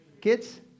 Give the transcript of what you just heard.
Kids